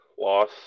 loss